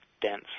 dense